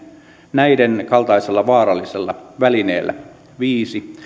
näiden kaltaisella vaarallisella välineellä viisi